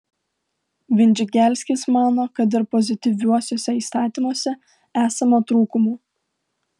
vindžigelskis mano kad ir pozityviuosiuose įstatymuose esama trūkumų